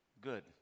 good